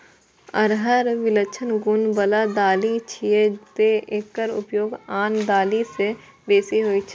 अरहर विलक्षण गुण बला दालि छियै, तें एकर उपयोग आन दालि सं बेसी होइ छै